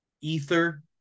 ether